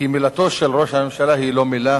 כי מילתו של ראש הממשלה היא לא מלה.